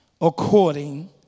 according